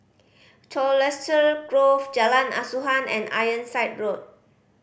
Colchester Grove Jalan Asuhan and Ironside Road